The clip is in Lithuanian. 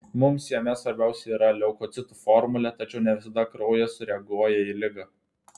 mums jame svarbiausia yra leukocitų formulė tačiau ne visada kraujas sureaguoja į ligą